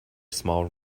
small